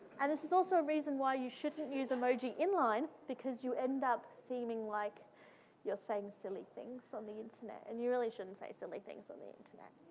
and this is also a reason why you shouldn't use emoji in line because you end up seeming like you're saying silly things on the internet. and you really shouldn't say silly things on the internet.